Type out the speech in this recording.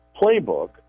playbook